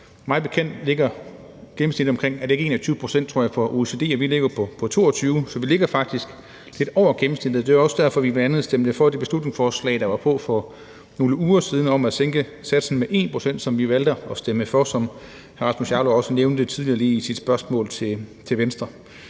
Mig bekendt ligger gennemsnittet omkring, er det ikke 21 pct., tror jeg, for OECD, og vi ligger på 22 pct. Så vi ligger faktisk lidt over gennemsnittet, og det var jo også derfor, vi bl.a. stemte for det beslutningsforslag, der var på for nogle uger siden, om at sænke satsen med 1 pct. Det valgte vi at stemme for, som hr. Rasmus Jarlov også nævnte tidligere i sit spørgsmål til Venstre.